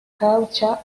culture